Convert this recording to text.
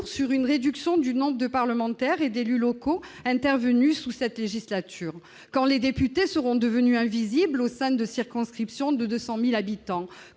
sur une réduction du nombre de parlementaires et d'élus locaux intervenue sous cette législature, quand les députés seront devenus invisibles au sein de circonscriptions de 200 000 habitants,